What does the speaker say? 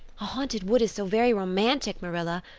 a haunted wood is so very romantic, marilla.